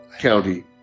County